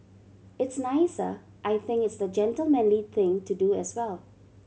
it's nicer I think it's the gentlemanly thing to do as well